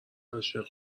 عاشق